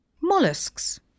Mollusks